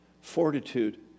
fortitude